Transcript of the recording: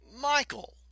Michael